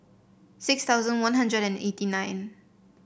six thousand One Hundred and eighty nine